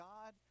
God